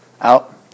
Out